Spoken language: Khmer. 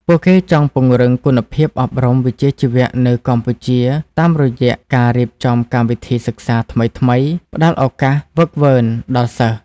ពួកគេចង់ពង្រឹងគុណភាពអប់រំវិជ្ជាជីវៈនៅកម្ពុជា តាមរយៈការរៀបចំកម្មវិធីសិក្សាថ្មីៗ ផ្តល់ឱកាសហ្វឹកហ្វឺនដល់សិស្ស។